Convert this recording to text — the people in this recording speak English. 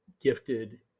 gifted